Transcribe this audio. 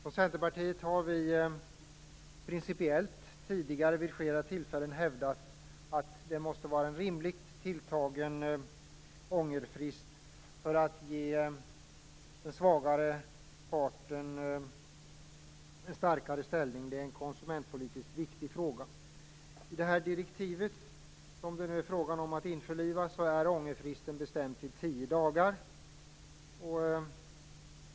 Från Centerpartiet har vi principiellt tidigare vid flera tillfällen hävdat att det behövs en rimligt tilltagen ångerfrist för att ge den svagare parten en starkare ställning. Det är en konsumentpolitiskt viktig fråga. I direktivet som det nu är fråga om att införliva är ångerfristen bestämd till tio dagar.